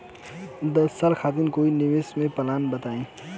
दस साल खातिर कोई निवेश के प्लान बताई?